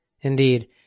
Indeed